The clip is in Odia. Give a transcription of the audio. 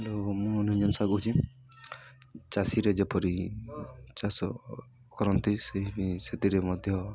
ହ୍ୟାଲୋ ମୁଁ ଅନୁଜନ ସାହୁ କହୁଛିି ଚାଷୀରେ ଯେପରି ଚାଷ କରନ୍ତି ସେଇ ସେଥିରେ ମଧ୍ୟ